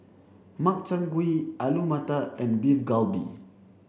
Makchang Gui Alu Matar and Beef Galbi